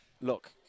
look